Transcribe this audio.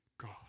God